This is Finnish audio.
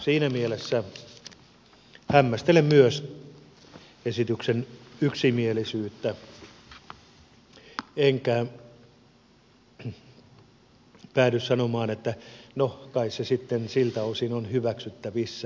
siinä mielessä hämmästelen myös esityksen yksimielisyyttä enkä päädy sanomaan että no kai se sitten siltä osin on hyväksyttävissä